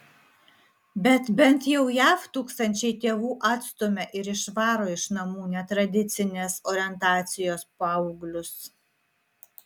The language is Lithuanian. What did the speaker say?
bet bent jau jav tūkstančiai tėvų atstumia ir išvaro iš namų netradicinės orientacijos paauglius